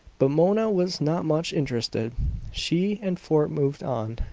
but mona was not much interested she and fort moved on.